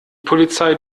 polizei